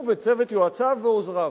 הוא וצוות יועציו ועוזריו.